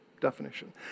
definition